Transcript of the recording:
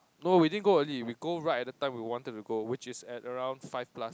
no we didn't go early we go right at the time we wanted to go which is at around five plus